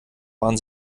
waren